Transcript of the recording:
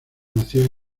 nació